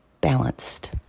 balanced